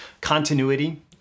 Continuity